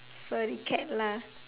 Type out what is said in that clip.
furry cat lah